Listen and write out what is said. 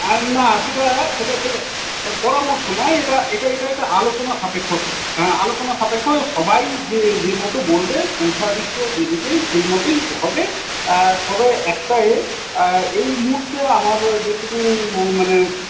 আর না সেটা সেটা সেটা পরামর্শ নয় এটা এটা এটা একটা আলোচনা সাপেক্ষ হ্যাঁ আলোচনা সাপেক্ষ সবাই যে যে মতো বলবে সংখ্যাধিক্য যেদিকেই সেই মতোই হবে তবে একটা এ এই মুহূর্তে আমার যেটুকু মানে